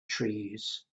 trees